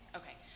okay